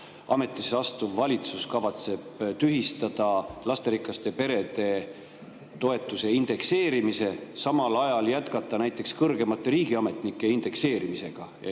ametisse astuv valitsus kavatseb tühistada lasterikaste perede toetuse indekseerimise, samal ajal aga jätkata näiteks kõrgemate riigiametnike [töötasude]